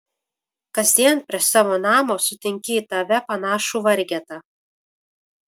kasdien prie savo namo sutinki į tave panašų vargetą